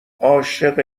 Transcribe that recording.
عاشق